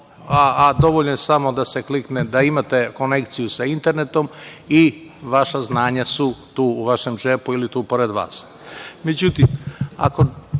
dovoljno je samo da se klikne, da imate konekciju sa internetom i vaša znanja su tu u vašem džepu ili tu pored